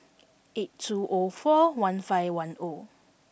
eight two O four one five one O